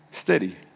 steady